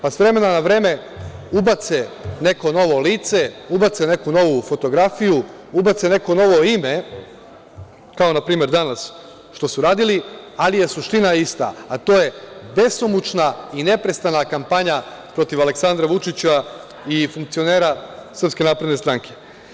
Pa, s vremena na vreme, ubace neko novo lice, ubace neku novu fotografiju, ubace neko novo ime, kao npr. danas što su uradili, ali je suština ista, a to je besomučna i neprestana kampanja protiv Aleksandra Vučića i funkcionera SNS.